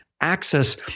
access